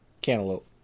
Cantaloupe